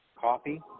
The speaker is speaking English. coffee